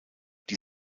die